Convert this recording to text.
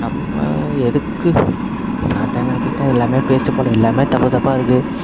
நம்ம எதுக்கு நாட்டை நினச்சிக்கிட்டா எல்லாமே பேசிகிட்டு போகலாம் எல்லாமே தப்பு தப்பாக இருக்குது